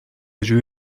جوری